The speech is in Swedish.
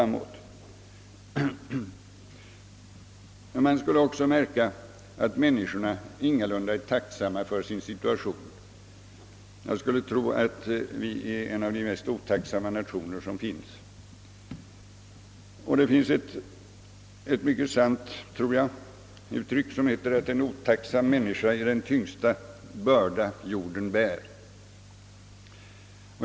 Man skulle också märka att människorna ingalunda är tacksamma för sin situation. Jag skulle tro att vi är en av de mest otacksamma nationer som finns. Det finns ett mycket sant uttryck som heter att en otacksam människa är den tyngsta börda jorden bär.